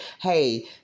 hey